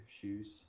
shoes